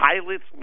pilot's